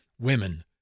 women